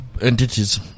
entities